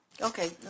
Okay